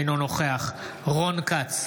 אינו נוכח רון כץ,